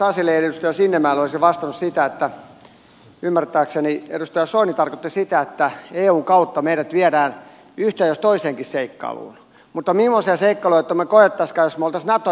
edustaja sasille ja edustaja sinnemäelle olisin vastannut että ymmärtääkseni edustaja soini tarkoitti sitä että eun kautta meidät viedään yhteen jos toiseenkin seikkailuun mutta mimmoisia seikkailuja me kokisimmekaan jos me olisimme nato jäseninä